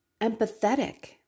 empathetic